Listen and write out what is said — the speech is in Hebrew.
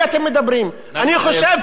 אני חושב שצריכים,